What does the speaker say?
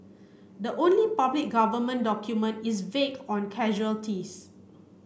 the only public government document is vague on casualties